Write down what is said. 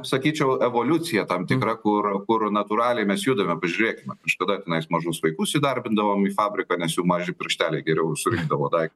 sakyčiau evoliucija tam tikra kur kur natūraliai mes judame pažiūrėkime kažkada tenais mažus vaikus įdarbindavom į fabriką nes jų maži piršteliai geriau surinkdavo dai